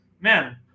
man